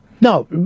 No